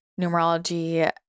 numerology